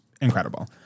incredible